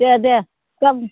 दे दे गाबोन